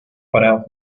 para